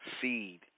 seed